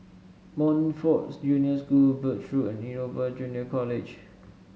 Montfort Junior School Birch Road and Innova Junior College